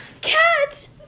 Cat